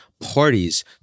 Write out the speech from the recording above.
Parties